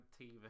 TV